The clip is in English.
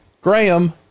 Graham